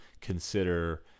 consider